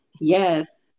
yes